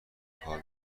کار